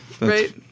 Right